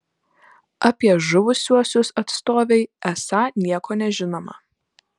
apie žuvusiuosius atstovei esą nieko nežinoma